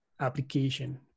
application